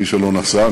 למי שלא נסע,